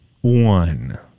one